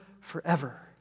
forever